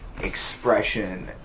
expression